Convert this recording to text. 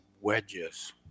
wedges